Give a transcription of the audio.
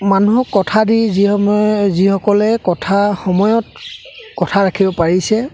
মানুহক কথা দি যি সময় যিসকলে কথা সময়ত কথা ৰাখিব পাৰিছে